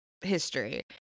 history